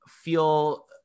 feel